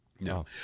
No